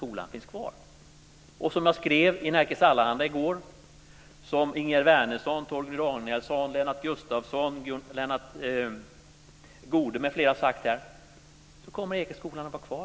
Och som jag skrev i Nerikes Allehanda i går, och som Ingegerd Wärnersson, Torgny Danielsson, Lennart Gustavsson, Gunnar Goude m.fl. har sagt här, så kommer Ekeskolan att vara kvar.